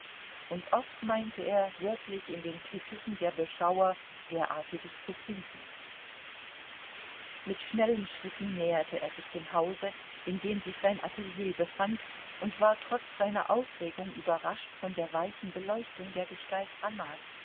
und oft meinte er wirklich in den kritiken der beschauer derartiges zu finden mit schnellen schritten näherte er sich dem hause in dem sich sein atelier befand und war trotz seiner aufregung überrascht von der weichen beleuchtung der gestalt annas